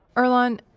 earlonne,